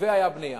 והיתה בנייה